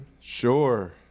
Sure